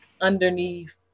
underneath